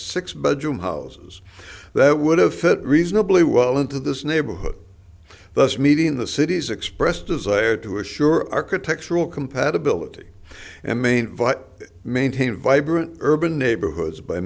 six bedroom houses that would have fit reasonably well into this neighborhood thus meeting the city's expressed desire to assure architectural compatibility and main maintain a vibrant urban neighborhoods by